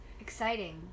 Exciting